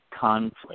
conflict